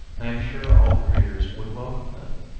i am sure all the readers would welcome them.